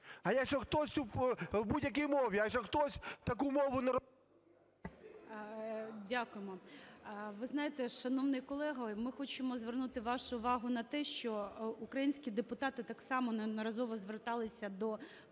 А якщо хтось… В будь-якій мові. А якщо хтось таку мову не… ГОЛОВУЮЧИЙ. Дякуємо. Ви знаєте, шановний колего, ми хочемо звернути вашу увагу на те, що українські депутати так само неодноразово зверталися до